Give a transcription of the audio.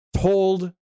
told